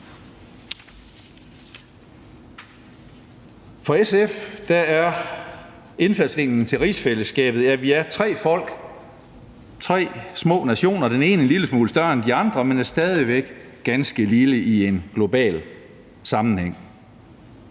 For SF er indfaldsvinklen til rigsfællesskabet, at vi er tre folk, tre små nationer – den ene er en lille smule større end de andre, men stadig væk ganske lille i en global sammenhæng